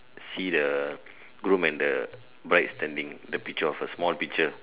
see the groom and the bride standing the picture of a small picture